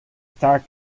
star